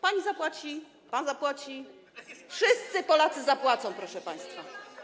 Pani zapłaci, pan zapłaci, wszyscy Polacy zapłacą, proszę państwa.